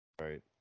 Right